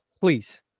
please